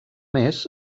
més